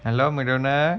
and uh